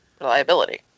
Reliability